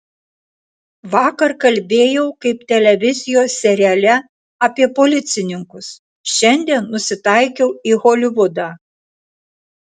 vakar kalbėjau kaip televizijos seriale apie policininkus šiandien nusitaikiau į holivudą